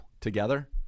together